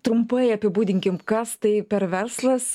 trumpai apibūdinkim kas tai per verslas